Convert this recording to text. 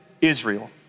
Israel